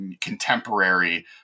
contemporary